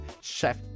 chef